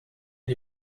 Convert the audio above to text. die